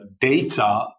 data